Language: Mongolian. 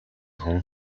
хүн